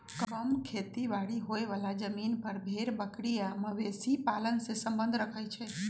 कम खेती बारी होय बला जमिन पर भेड़ बकरी आ मवेशी पालन से सम्बन्ध रखई छइ